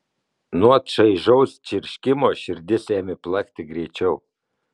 nuo čaižaus čirškimo širdis ėmė plakti greičiau